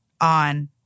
on